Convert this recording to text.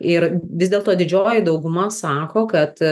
ir vis dėlto didžioji dauguma sako kad